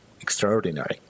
extraordinary